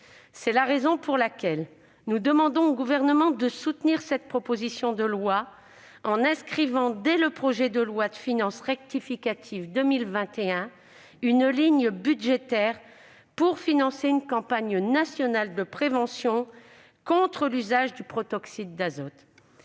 C'est la raison pour laquelle nous demandons au Gouvernement de soutenir cette proposition de loi en créant, dès le prochain projet de loi de finances rectificative pour 2021, une ligne budgétaire venant financer une campagne nationale de prévention contre l'usage du protoxyde d'azote.